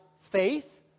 faith